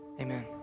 Amen